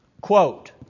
quote